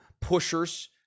pushers